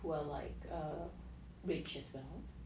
who are like err rich as well